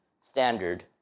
standard